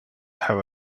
have